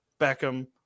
beckham